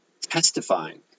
testifying